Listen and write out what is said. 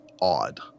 odd